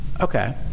Okay